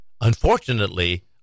unfortunately